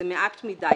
זה מעט מדי.